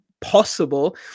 possible